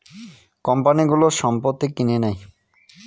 কোম্পানিগুলো সম্পত্তি কিনে নেয়